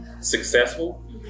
successful